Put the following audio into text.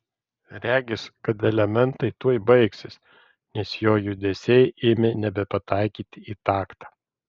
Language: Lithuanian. regis kad elementai tuoj baigsis nes jo judesiai ėmė nebepataikyti į taktą